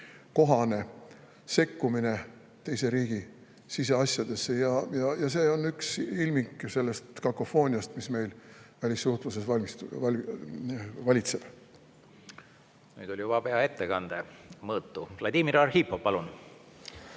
kohane sekkumine teise riigi siseasjadesse. See on selle kakofoonia üks ilming, mis meil välissuhtluses valitseb. Nüüd oli juba pea ettekande mõõtu. Vladimir Arhipov, palun!